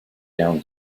down